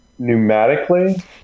Pneumatically